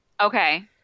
Okay